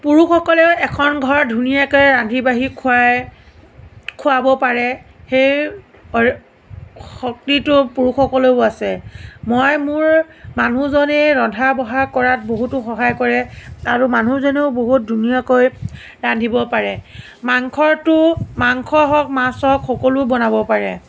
পুৰুষসকলেও এখন ঘৰত ধুনীয়াকে ৰান্ধি বাঢ়ি খুৱাই খুৱাব পাৰে সেই শক্তিটো পুৰুষসকলৰো আছে মই মোৰ মানুহজনীৰ ৰন্ধা বঢ়া কৰাত বহুতো সহায় কৰে আৰু মানুহজনেও বহুত ধুনীয়াকৈ ৰান্ধিব পাৰে মাংসৰটো মাংস হওক মাছ হওক সকলো বনাব পাৰে